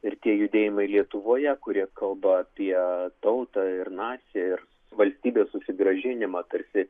ir tie judėjimai lietuvoje kurie kalba apie tautą ir nacija ir valstybės susigrąžinimą tarsi